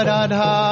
Radha